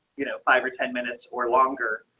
you know, five or ten minutes or longer.